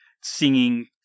singing